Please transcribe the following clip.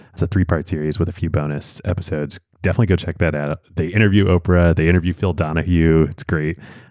it's a three-part series with a few bonus episodes. definitely go check that out. ah they interviewed oprah. they interviewed phil donahue. it's great.